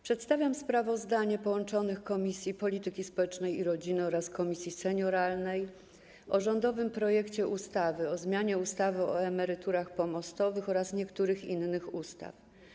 Przedstawiam sprawozdanie połączonych Komisji: Polityki Społecznej i Rodziny oraz Senioralnej o rządowym projekcie ustawy o zmianie ustawy o emeryturach pomostowych oraz niektórych innych ustaw.